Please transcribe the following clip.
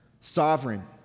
sovereign